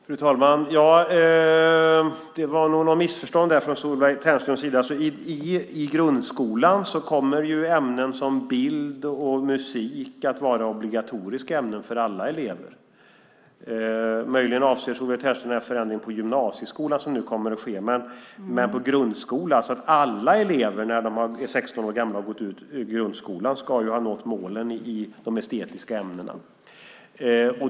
Fru talman! Det var nog något missförstånd från Solveig Ternströms sida. I grundskolan kommer ämnen som bild och musik att vara obligatoriska ämnen för alla elever. Möjligen avser Solveig Ternström en förändring i gymnasieskolan som nu kommer att ske. Men alla elever ska, när de är 16 år gamla och har gått ut grundskolan, ha nått målen i de estetiska ämnena.